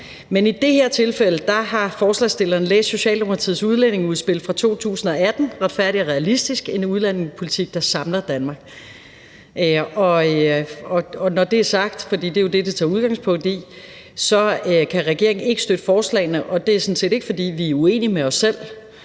Men i det her tilfælde har forslagsstillerne læst Socialdemokratiets udlændingeudspil fra 2018 »Retfærdig og realistisk – en udlændingepolitik der samler Danmark«. Når det er sagt – for det er jo det, det tager udgangspunkt i – så kan regeringen ikke støtte forslagene. Det er sådan set ikke, fordi vi er uenige med os selv